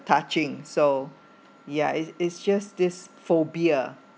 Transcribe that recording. touching so ya it's it's just this phobia